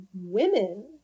women